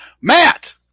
Matt